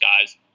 guys